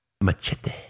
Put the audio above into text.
Machete